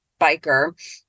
biker